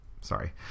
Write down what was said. sorry